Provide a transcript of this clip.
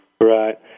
Right